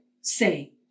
say